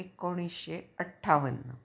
एकोणीशे अठ्ठावन्न